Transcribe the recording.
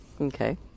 Okay